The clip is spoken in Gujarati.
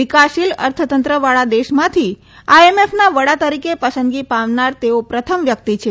વિકાસશીલ અર્થતંત્રવાળા દેશમાંથી આઈએમએફના વડા તરીકે પસંદગી પામનાર તેઓ પ્રથમ વ્યકિત છે